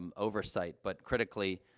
um oversight, but critically,